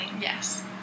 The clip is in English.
yes